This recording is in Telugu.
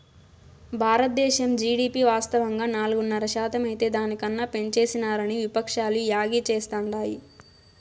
బారద్దేశం జీడీపి వాస్తవంగా నాలుగున్నర శాతమైతే దాని కన్నా పెంచేసినారని విపక్షాలు యాగీ చేస్తాండాయి